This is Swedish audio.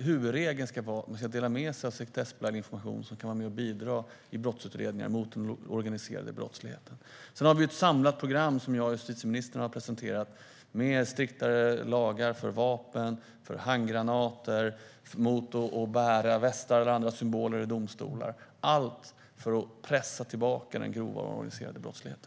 huvudregeln ska vara att man ska dela med sig av sekretessbelagd information som kan bidra i brottsutredningar mot den organiserade brottsligheten. Vi har också ett samlat program som jag och justitieministern har presenterat, med striktare lagar för vapen och handgranater, mot att bära västar eller andra symboler i domstolar, allt för att pressa tillbaka den grova organiserade brottsligheten.